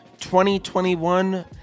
2021